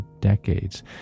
decades